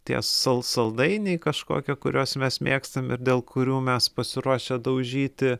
tie sal saldainiai kažkokie kuriuos mes mėgstam ir dėl kurių mes pasiruošę daužyti